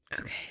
Okay